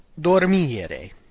dormire